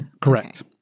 Correct